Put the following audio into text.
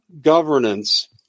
governance